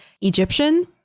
Egyptian